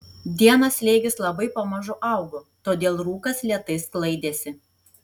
dieną slėgis labai pamažu augo todėl rūkas lėtai sklaidėsi